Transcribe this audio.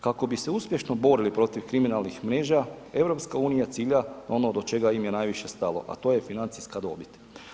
Kako bi se uspješno borili protiv kriminalnih mreža, EU cilja ono do čega im je najviše stalo, a to je financijska dobit.